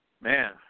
Man